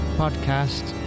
podcast